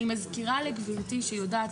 אני מזכירה לגברתי שיודעת,